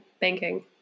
banking